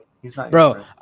Bro